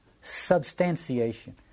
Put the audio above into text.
substantiation